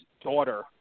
daughter